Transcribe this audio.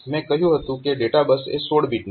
મેં કહ્યું હતું કે ડેટા બસ એ 16 બીટની છે